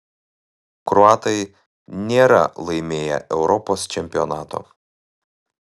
kroatai nėra laimėję europos čempionato